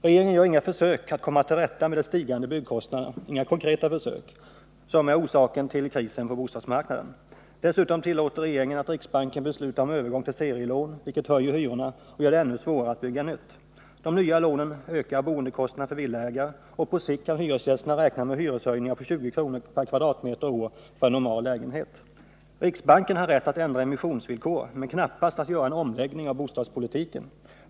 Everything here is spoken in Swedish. Regeringen gör inga konkreta försök att komma till rätta med de stigande byggkostnaderna, som är orsaken till krisen på bostadsmarknaden. Dessutom tillåter regeringen att riksbanken beslutar om övergång till serielån, vilket höjer hyrorna och gör det ännu svårare att bygga nytt. De nya lånen ökar boendekostnaderna för villaägare, och på sikt kan hyresgästerna räkna med hyreshöjningar på 20 kr. per kvadratmeter och år för en normallägenhet. Riksbanken har rätt att ändra emissionsvillkor men knappast att göra en omläggning av bostadspolitiken.